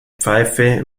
pfeife